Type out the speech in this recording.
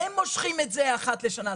הם מושכים את זה אחת לשנה.